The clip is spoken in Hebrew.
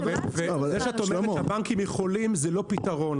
איך את אומרת שהבנקים יכולים זה לא פתרון.